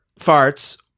farts